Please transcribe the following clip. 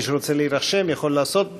מי שרוצה להירשם יכול לעשות זאת.